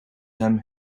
hem